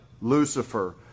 Lucifer